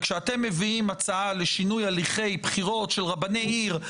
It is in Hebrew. כשאתם מביאים הצעה לשינוי הליכי בחירות של רבני עיר,